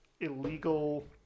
illegal